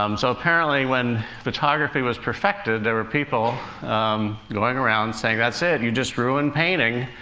um so, apparently when photography was perfected, there were people going around saying, that's it you've just ruined painting.